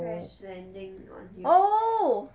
crash landing on you